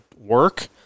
work